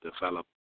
develop